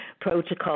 Protocol